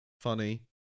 funny